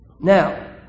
Now